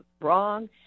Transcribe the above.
wrong